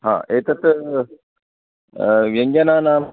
आ एतत् व्यञ्जनानां